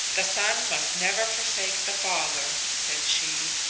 the son must never forsake the father said she.